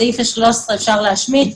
סעיף 13 אפשר להשמיט,